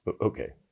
okay